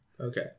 okay